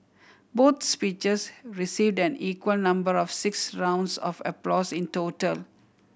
both speeches received an equal number of six rounds of applause in total